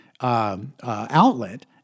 outlet